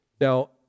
Now